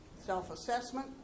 self-assessment